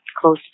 close